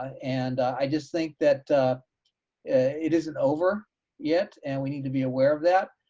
and i just think that it isn't over yet, and we need to be aware of that.